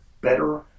better